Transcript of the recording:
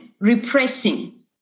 repressing